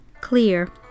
clear